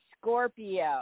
Scorpio